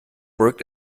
worked